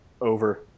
Over